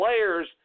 players